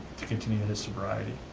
to continue and sobriety.